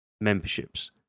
memberships